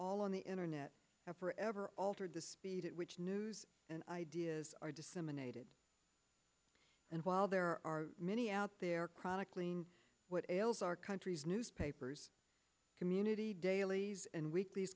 all on the internet forever altered the speed at which news and ideas are disseminated and while there are many out there chronicling what ails our country's newspapers community dailies and week